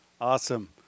Awesome